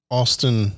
Austin